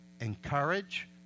encourage